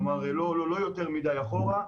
כלומר לא יותר מדי אחורה,